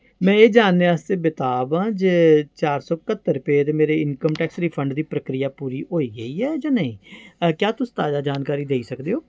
में एह् जानने आस्तै बेताब आं जे चार सौ क्हत्तर रुपये दे मेरे इनकम टैक्स रिफंड दी प्रक्रिया पूरी होई गेई ऐ जां नेईं क्या तुस ताजा जानकारी देई सकदे ओ